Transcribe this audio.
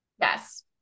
yes